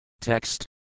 Text